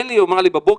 אמרה לי בבוקר,